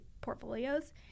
portfolios